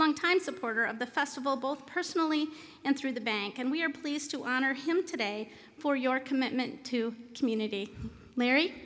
longtime supporter of the festival both personally and through the bank and we are pleased to honor him today for your commitment to community larry